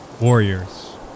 warriors